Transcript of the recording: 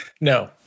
No